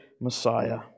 Messiah